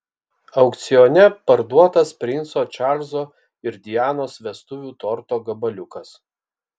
aukcione parduotas princo čarlzo ir dianos vestuvių torto gabaliukas